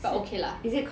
but okay lah